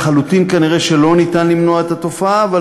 כנראה לא ניתן למנוע את התופעה לחלוטין,